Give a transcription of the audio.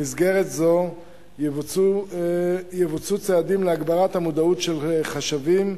במסגרת זו יבוצעו צעדים להגברת המודעות של חשבים,